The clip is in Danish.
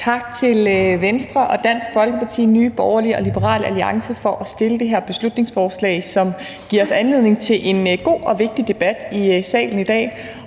Tak til Venstre, Dansk Folkeparti, Nye Borgerlige og Liberal Alliance for at have fremsat det her beslutningsforslag, som giver os anledning til at have en god og vigtig debat i salen i dag.